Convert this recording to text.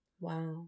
Wow